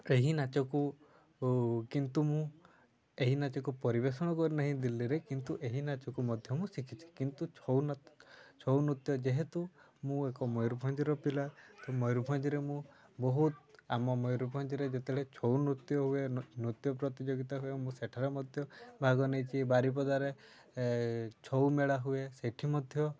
ଏହି ନାଚକୁ କିନ୍ତୁ ମୁଁ ଏହି ନାଚକୁ ପରିବେଷଣ କରି ନାହିଁ ଦିଲ୍ଲୀରେ କିନ୍ତୁ ଏହି ନାଚକୁ ମଧ୍ୟ ମୁଁ ଶିଖିଛି କିନ୍ତୁ ଛଉ ଛଉ ନୃତ୍ୟ ଯେହେତୁ ମୁଁ ଏକ ମୟୂରଭଞ୍ଜର ପିଲା ତ ମୟୂରଭଞ୍ଜରେ ମୁଁ ବହୁତ ଆମ ମୟୂରଭଞ୍ଜରେ ଯେତେବେଳେ ଛଉ ନୃତ୍ୟ ହୁଏ ନୃତ୍ୟ ପ୍ରତିଯୋଗିତା ହୁଏ ମୁଁ ସେଠାରେ ମଧ୍ୟ ଭାଗ ନେଇଛି ବାରିପଦାରେ ଛଉ ମେଳା ହୁଏ ସେଇଠି ମଧ୍ୟ